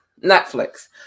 Netflix